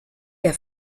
der